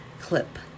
clip